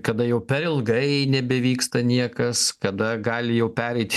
kada jau per ilgai nebevyksta niekas kada gali jau pereiti